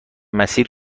مسیر